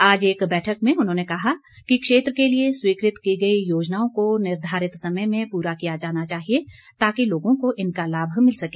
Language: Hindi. आज एक बैठक में उन्होंने कहा कि क्षेत्र के लिए स्वीकृत की गई योजनाओं को निर्धारित समय में पूरा किया जाना चाहिए ताकि लोगों को इनका लाभ मिल सके